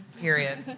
Period